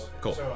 Cool